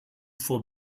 vor